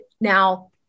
now